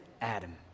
Adam